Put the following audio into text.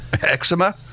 Eczema